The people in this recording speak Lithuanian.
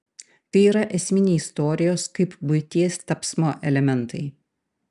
tai yra esminiai istorijos kaip buities tapsmo elementai